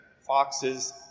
Foxes